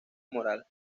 moral